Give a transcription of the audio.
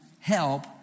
help